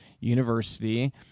university